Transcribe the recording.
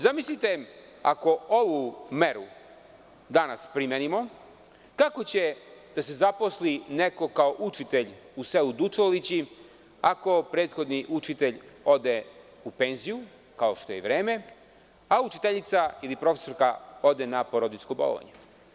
Zamislite, ako ovu meru danas primenimo kako će da se zaposli neko kao učitelj u seču Dučalovići, ako prethodni učitelj ode u penziju, kao što je i vreme, a učiteljica ili profesorka ode na porodiljsko bolovanje.